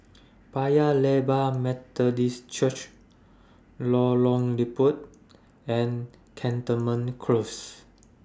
Paya Lebar Methodist Church Lorong Liput and Cantonment Close